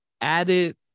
added